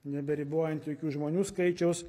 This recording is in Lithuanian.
neberibojant jokių žmonių skaičiaus